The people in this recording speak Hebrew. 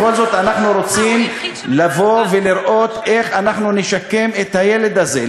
בכל זאת אנחנו רוצים לראות איך אנחנו נשקם את הילד הזה.